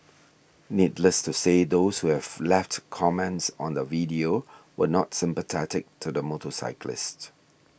needless to say those who have left comments on the video were not sympathetic to the motorcyclist